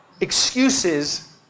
excuses